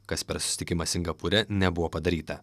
kas per susitikimą singapūre nebuvo padaryta